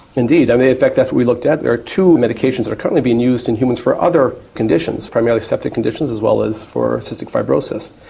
indeed, and in fact that's what we looked at. there are two medications that are currently being used in humans for other conditions, primarily septic conditions as well as for cystic fibrosis.